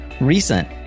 recent